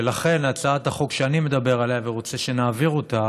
ולכן הצעת החוק שאני מדבר עליה ורוצה שנעביר אותה